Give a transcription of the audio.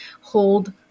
hold